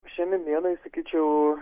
šiandien dinai sakyčiau